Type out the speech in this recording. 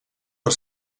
per